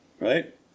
right